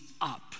up